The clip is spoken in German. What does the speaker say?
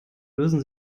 lösen